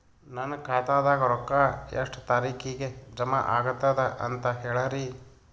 ನನ್ನ ಖಾತಾದಾಗ ರೊಕ್ಕ ಎಷ್ಟ ತಾರೀಖಿಗೆ ಜಮಾ ಆಗತದ ದ ಅಂತ ಹೇಳರಿ?